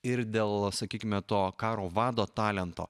ir dėl sakykime to karo vado talento